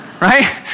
right